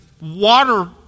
water